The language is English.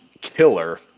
killer